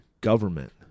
Government